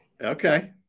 Okay